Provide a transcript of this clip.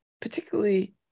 particularly